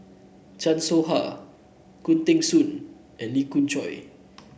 Chan Soh Ha Khoo Teng Soon and Lee Khoon Choy